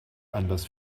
anders